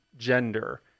Gender